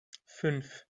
fünf